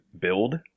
build